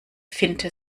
finte